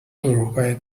uruguay